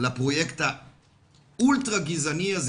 על הפרויקט האולטרה גזעני הזה.